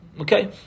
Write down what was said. Okay